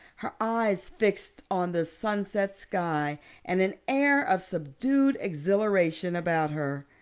her eyes fixed on the sunset sky and an air of subdued exhilaration about her.